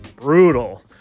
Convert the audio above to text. Brutal